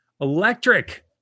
electric